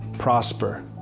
prosper